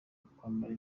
kwambara